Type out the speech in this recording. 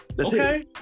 Okay